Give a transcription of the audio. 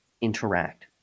interact